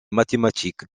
mathématiques